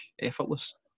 effortless